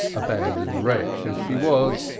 abandoned wretch as she was,